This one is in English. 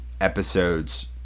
episodes